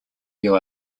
you